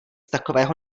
takového